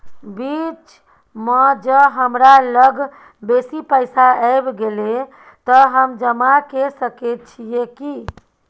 बीच म ज हमरा लग बेसी पैसा ऐब गेले त हम जमा के सके छिए की?